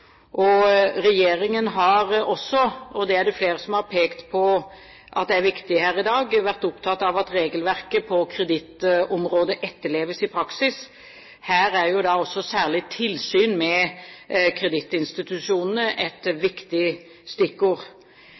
Og regjeringen har også, og det er det flere som har pekt på at er viktig her i dag, vært opptatt av at regelverket på kredittområdet etterleves i praksis. Her er særlig tilsyn med kredittinstitusjonene et viktig stikkord.